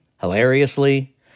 hilariously